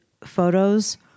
photos